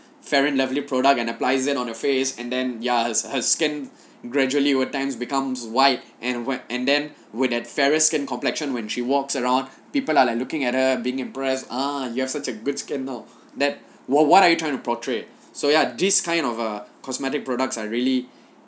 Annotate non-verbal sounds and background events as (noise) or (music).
fair and lovely product and applies it on your face and then ya her skin gradually were times becomes white and white and then with at fairer skin complexion when she walks around people are like looking at her being impressed ah you have such a good skin now that what what are you trying to portray so ya this kind of a cosmetic products are really (breath)